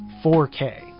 4k